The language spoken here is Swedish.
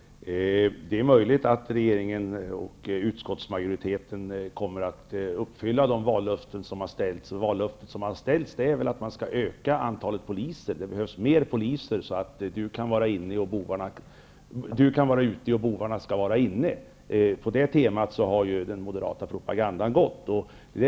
Fru talman! Det är möjligt att regeringen och utskottsmajoriteten kommer att uppfylla sina vallöften, som innebär att man skall öka antalet poliser. Det behövs fler poliser, så att man kan vara ute när bovarna är inne. Det är temat i den borgerliga propagandan.